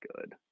good